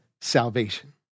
salvation